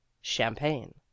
champagne